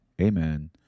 amen